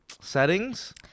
settings